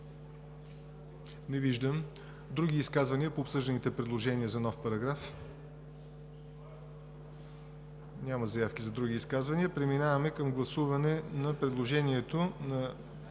Не виждам. Други изказвания по обсъжданите предложения за нов параграф? Няма заявки. Преминаваме към гласуване на предложението на